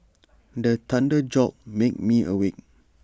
the thunder jolt make me awake